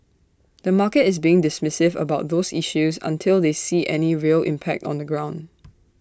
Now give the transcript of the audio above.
the market is being dismissive about those issues until they see any real impact on the ground